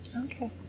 Okay